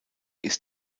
ist